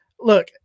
Look